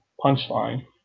punchline